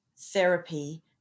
therapy